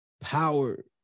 power